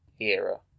era